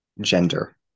gender